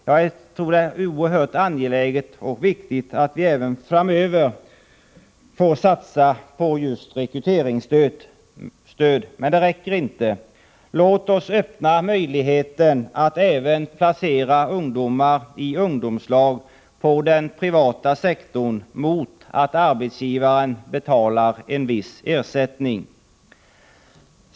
Jag tror att det är oerhört angeläget och viktigt att vi även framöver får satsa på just rekryteringsstöd. Men det räcker inte. Låt oss öppna möjligheten att även placera ungdomar i ungdomslag på den privata sektorn — arbetsgivaren skulle då betala en viss ersättning.